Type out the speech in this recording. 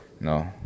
No